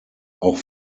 auch